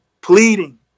pleading